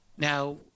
Now